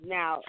Now